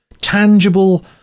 tangible